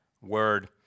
word